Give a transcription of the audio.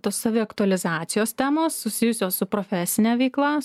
tos saviaktualizacijos temos susijusios su profesine veikla